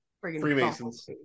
Freemasons